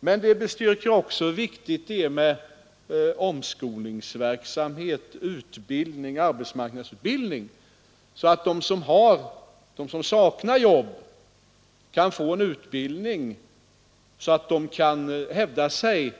Men det bestyrker också hur viktigt det är med omskolningsverksamhet och arbetsmarknadsutbildning så att de som saknar jobb kan få en utbildning som gör det möjligt för dem